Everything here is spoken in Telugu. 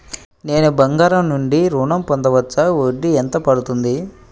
నేను బంగారం నుండి ఋణం పొందవచ్చా? వడ్డీ ఎంత పడుతుంది?